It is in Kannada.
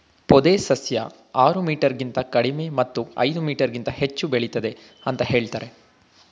ಪೊದೆ ಸಸ್ಯ ಆರು ಮೀಟರ್ಗಿಂತ ಕಡಿಮೆ ಮತ್ತು ಐದು ಮೀಟರ್ಗಿಂತ ಹೆಚ್ಚು ಬೆಳಿತದೆ ಅಂತ ಹೇಳ್ತರೆ